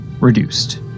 reduced